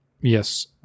Yes